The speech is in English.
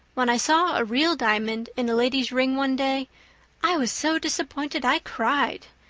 when i saw a real diamond in a lady's ring one day i was so disappointed i cried.